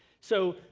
so,